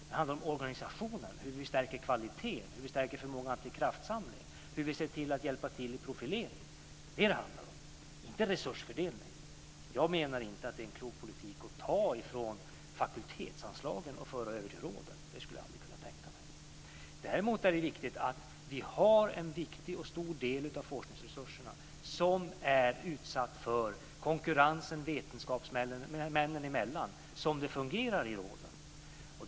Det handlar om organisationen, hur vi stärker kvaliteten, hur vi stärker förmågan till kraftsamling och hur vi ser till att hjälpa till i profilering. Det är vad det handlar om, inte resursfördelning. Jag menar inte att det är en klok politik att ta från fakultetsanslagen och föra över till råden - det skulle jag aldrig kunna tänka mig. Däremot är det riktigt att vi har en viktig och stor del av forskningsresurserna som är utsatt för konkurrens vetenskapsmännen emellan, som det fungerar i råden.